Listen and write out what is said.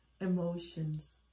emotions